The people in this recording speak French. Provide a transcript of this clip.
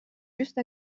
juste